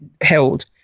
held